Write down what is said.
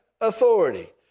authority